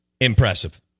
impressive